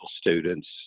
students